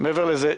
מעבר לזה,